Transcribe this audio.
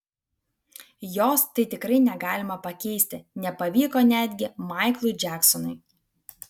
jos tai tikrai negalima pakeisti nepavyko netgi maiklui džeksonui